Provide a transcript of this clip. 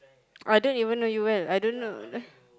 I don't even know you well I don't know